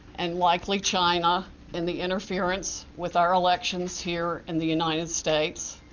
and likely china and the interference with our elections here in the united states.